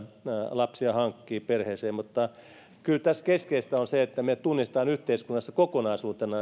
lapsia hankkii perheeseen mutta kyllä tässä keskeistä on se että me tunnistamme yhteiskunnassa kokonaisuutena